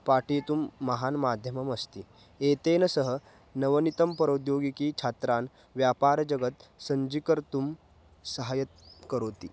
पाठयितुं महान् माध्यममस्ति एतेन सह नवनीतं प्रौद्योगिकी छात्रान् व्यापारजगत् सज्जीकर्तुं सहायं करोति